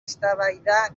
eztabaida